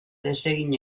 desegin